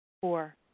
Four